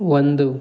ಒಂದು